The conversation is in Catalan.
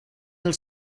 del